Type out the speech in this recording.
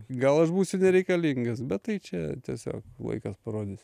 gal aš būsiu nereikalingas bet tai čia tiesiog laikas parodys